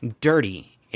dirty